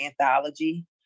anthology